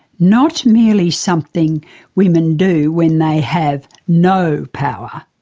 not merely something women do when they have no power.